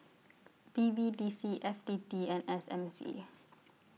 B B D C F T T and S M C